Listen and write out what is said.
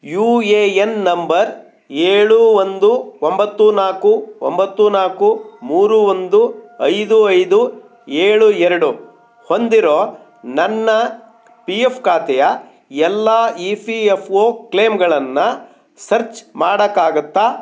you A N number ಏಳು ಒಂದು ಒಂಬತ್ತು ನಾಲ್ಕು ಒಂಬತ್ತು ನಾಲ್ಕು ಮೂರು ಒಂದು ಐದು ಐದು ಏಳು ಎರಡು ಹೊಂದಿರೋ ನನ್ನ ಪಿ ಎಫ್ ಖಾತೆಯ ಎಲ್ಲ ಇ ಪಿ ಎಫ್ ಒ ಕ್ಲೇಮ್ಗಳನ್ನ ಸರ್ಚ್ ಮಾಡೋಕ್ಕಾಗುತ್ತಾ